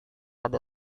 ada